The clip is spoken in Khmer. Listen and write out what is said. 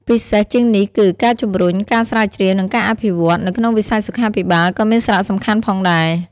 ពិសេសជាងនេះគឺ ការជំរុញ ការស្រាវជ្រាវ និងការអភិវឌ្ឍ នៅក្នុងវិស័យសុខាភិបាល ក៏មានសារៈសំខាន់ផងដែរ។